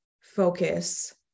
focus